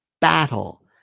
battle